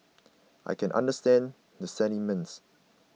I can understand the sentiments